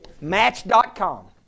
Match.com